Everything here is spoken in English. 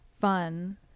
fun